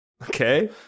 Okay